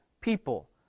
people